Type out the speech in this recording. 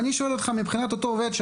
מבחינת אותו עובד,